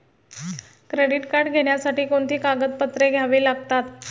Credit card घेण्यासाठी कोणती कागदपत्रे घ्यावी लागतात?